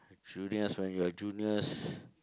juniors when you're juniors